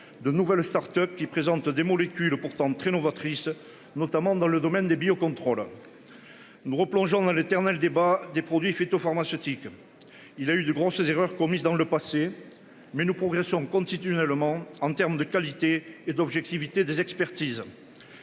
de nouvelles Start-Up qui présentent des molécules pourtant très novatrices, notamment dans le domaine des biocontrôle. Nous replongeant dans l'éternel débat des produits phytopharmaceutiques. Il a eu de grosses erreurs commises dans le passé. Mais nous progressons constitutionnellement en terme de qualité et d'objectivité des expertises.